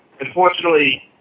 Unfortunately